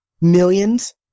millions